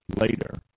later